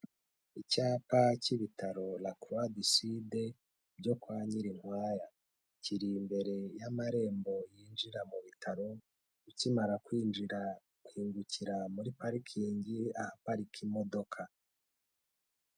Icyapa cy'ibitaro rakuruwa diside byo kwa Nyirinkwaya, kiri imbere y'amarembo yinjira mu bitaro, ukimara kwinjira uhingukira muri parikingi, ahaparika imodoka.